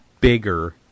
bigger